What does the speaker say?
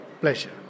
Pleasure